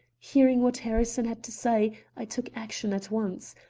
hearing what harrison had to say, i took action at once.